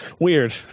Weird